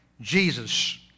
Jesus